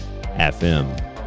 FM